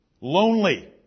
lonely